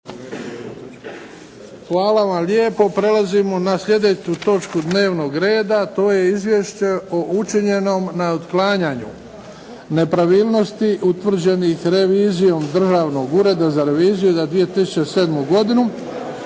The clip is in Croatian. Luka (HDZ)** Prelazimo na slijedeću točku dnevnog reda. 4. Izvješće o učinjenom na otklanjanju nepravilnosti utvrđenih revizijom Državnog ureda za reviziju za 2007. godinu,